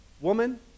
woman